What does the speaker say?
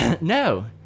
no